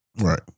Right